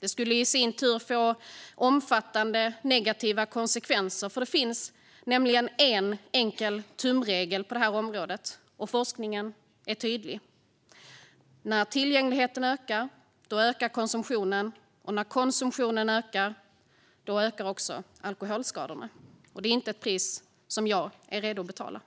Det skulle i sin tur få omfattande negativa konsekvenser. Det finns nämligen en enkel tumregel på detta område, och forskningen är tydlig: När tillgängligheten ökar, då ökar konsumtionen, och när konsumtionen ökar, då ökar också alkoholskadorna. Det är inte ett pris som jag är redo att betala.